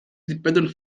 independent